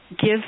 give